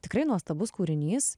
tikrai nuostabus kūrinys